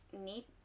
need